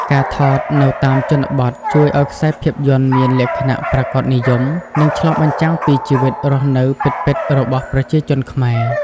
ការថតនៅតាមជនបទជួយឲ្យខ្សែភាពយន្តមានលក្ខណៈ ប្រាកដនិយម និងឆ្លុះបញ្ចាំងពីជីវិតរស់នៅពិតៗ របស់ប្រជាជនខ្មែរ។